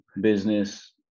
business